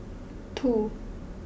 two